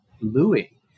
Louis